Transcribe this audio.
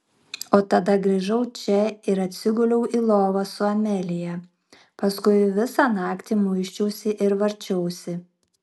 o tada grįžau čia ir atsiguliau į lovą su amelija paskui visą naktį muisčiausi ir varčiausi